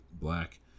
black